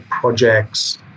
projects